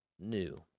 new